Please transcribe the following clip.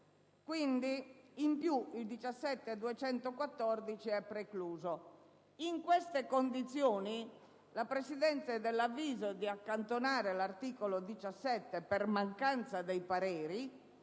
l'emendamento 17.214 è precluso. In queste condizioni la Presidenza è dell'avviso di accantonare l'articolo 17, per mancanza dei pareri,